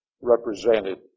represented